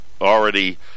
already